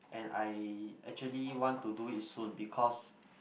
and I actually want to do it soon because